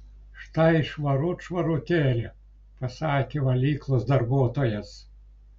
štai švarut švarutėlė pasakė valyklos darbuotojas